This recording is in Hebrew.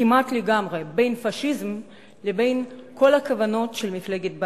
כמעט לגמרי בין פאשיזם לבין כל הכוונות של מפלגת בל"ד.